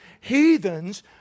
Heathens